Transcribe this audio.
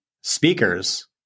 speakers